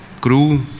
crew